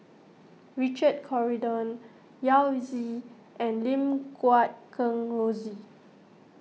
Richard Corridon Yao Zi and Lim Guat Kheng Rosie